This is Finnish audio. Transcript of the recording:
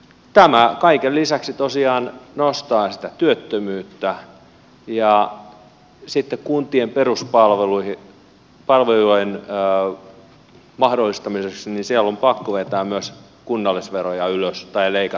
tämä kaiken lisäksi tosiaan nostaa sitä työttömyyttä ja kuntien peruspalveluiden mahdollistamiseksi siellä on pakko vetää myös kunnallisveroja ylös tai on leikattava palveluita